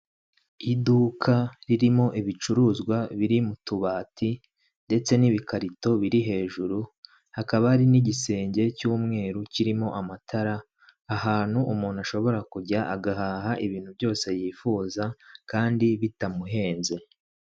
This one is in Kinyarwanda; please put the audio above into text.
Iduka ririmo ibicuruzwa biri mu tubati ndetse n'ibikarito biri hejuru, hakaba hari n'igisenge cy'umweru kirimo amatara ahantu umuntu ashobora kujya agahaha ibintu byose yifuza kandi bitamuhenze.